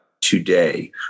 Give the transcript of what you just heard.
today